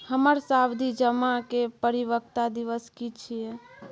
हमर सावधि जमा के परिपक्वता दिवस की छियै?